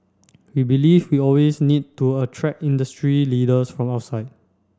we believe we'll always need to attract industry leaders from outside